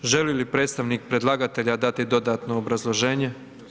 Želi li predstavnik predlagatelja dati dodatno obrazloženje?